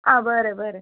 आ बरें बरें